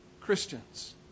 Christians